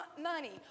money